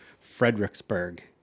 Fredericksburg